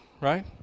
right